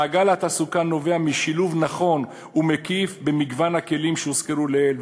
נובע משילוב נכון ומקיף של מגוון הכלים שהוזכרו לעיל,